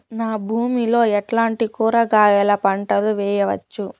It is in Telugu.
నా భూమి లో ఎట్లాంటి కూరగాయల పంటలు వేయవచ్చు?